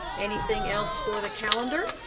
anything else for the calendar?